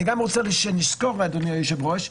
אני גם רוצה שנזכור, אדוני היושב-ראש,